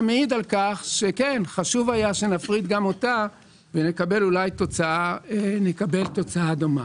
מעיד על כך שחשוב היה שנפריד גם אותה ואולי נקבל תוצאה דומה.